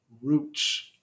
roots